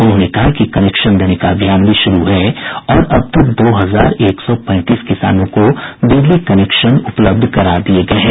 उन्होंने कहा कि कनेक्शन देने का अभियान भी शुरू है और अब तक दो हजार एक सौ पैंतीस किसानों को बिजली कनेक्शन उपलब्ध करा दिये गये हैं